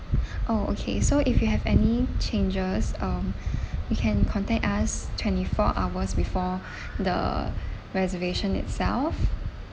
oh okay so if you have any changes um you can contact us twenty four hours before the reservation itself